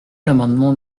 l’amendement